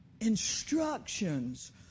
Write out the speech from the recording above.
instructions